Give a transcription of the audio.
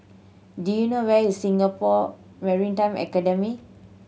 do you know where is Singapore Maritime Academy